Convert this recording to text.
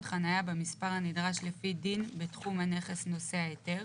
חניה במספר הנדרש לפי דין בתחום הנכס נושא ההיתר,